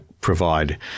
provide